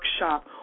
workshop